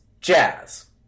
jazz